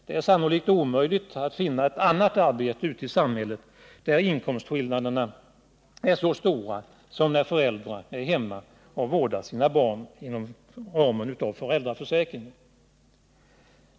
Det är sannolikt omöjligt att finna ett annat arbete ute i samhället där inkomstskillnaderna inom ramen för föräldraförsäkringen är så stora som när det gäller det arbete som utförs när föräldrar är hemma och vårdar sina barn.